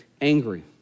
angry